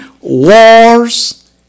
wars